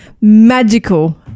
magical